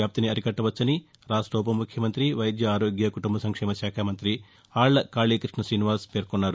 వ్యాప్తిని అరికట్టవచ్చని రాష్ట ఉపముఖ్యమంతి వైద్య ఆరోగ్య కుటుంబ సంక్షేమ శాఖ మంత్రి అళ్ల కాళీకృష్ణ శ్రీనివాస్ పేర్కొన్నారు